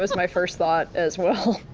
but my first thought as well.